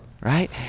right